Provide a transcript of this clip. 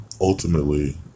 ultimately